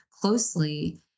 closely